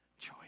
choice